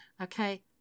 okay